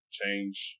change